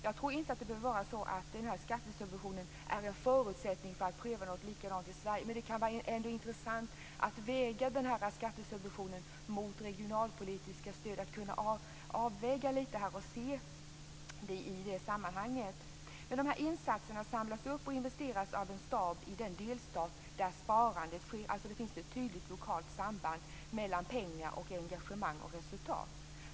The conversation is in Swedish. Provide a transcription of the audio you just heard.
Jag tror inte att det behöver vara så att den här skattesubventionen är en förutsättning för att pröva någonting likadant i Sverige, men det kan ändå vara intressant att väga den här skattesubventionen mot regionalpolitiska stöd och att kunna avväga lite här och se detta i sammanhanget. Insatserna samlas upp och investeras av en stab i den delstat där sparandet sker. Det finns alltså ett tydligt lokalt samband mellan pengar, engagemang och resultat.